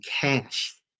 cash